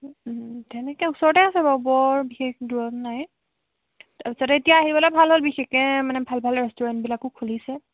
তেনেকে ওচৰতে আছে বাৰু বৰ বিশেষ দূৰত নাই তাৰপিছতে এতিয়া আহিবলে ভাল হ'ল বিশেষকে মানে ভাল ভাল ৰেষ্টুৰেণ্টবিলাকো খুলিছে